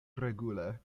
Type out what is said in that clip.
regule